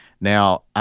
Now